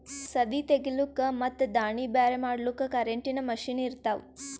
ಸದೀ ತೆಗಿಲುಕ್ ಮತ್ ದಾಣಿ ಬ್ಯಾರೆ ಮಾಡಲುಕ್ ಕರೆಂಟಿನ ಮಷೀನ್ ಇರ್ತಾವ